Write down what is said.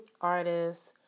artists